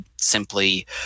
simply